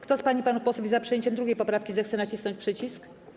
Kto z pań i panów posłów jest za przyjęciem 2. poprawki, zechce nacisnąć przycisk.